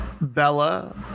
Bella